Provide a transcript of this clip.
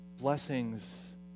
blessings